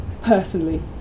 personally